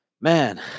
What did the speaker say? Man